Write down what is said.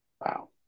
Wow